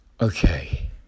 Okay